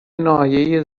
ناحیه